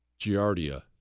Giardia